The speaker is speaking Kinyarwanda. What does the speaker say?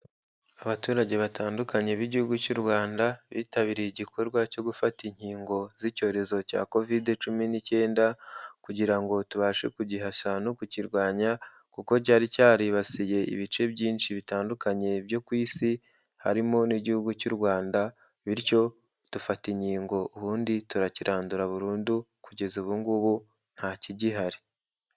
Abaturage batandukanye b'Igihugu cy'u Rwanda bitabiriye igikorwa cyo gufata inkingo z'icyorezo cya covid cumi n'icyenda, kugira ngo tubashe kugihashya no kukirwanya, kuko cyari cyaribasiye ibice byinshi bitandukanye byo ku isi, harimo n'Igihugu cy'u Rwanda, bityo dufata inkingo ubundi turakirandura burundu, kugeza ubu ngubu nta kigihari.